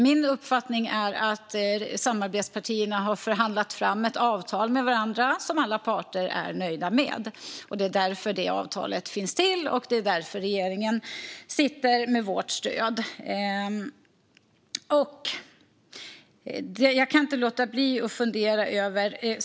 Min uppfattning är att samarbetspartierna har förhandlat fram ett avtal med varandra som alla parter är nöjda med. Det är därför avtalet finns, och det är därför regeringen sitter med vårt stöd. Jag kan inte låta bli att fundera över följande.